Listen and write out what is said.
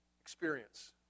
experience